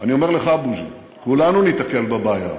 אני אומר לך, בוז'י, כולנו ניתקל בבעיה הזאת,